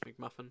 McMuffin